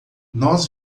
nós